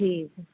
ਠੀਕ ਹੈ